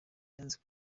yanze